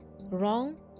wrong